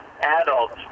adults